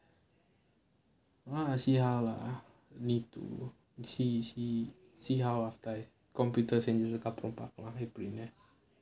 now I see how lah need to see see see how after I computer சரி ஆனா அப்புறம் பார்க்கலாம் எப்படினு:sari aanaa appuram paarkalaam eppadinu